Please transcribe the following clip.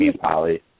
Polly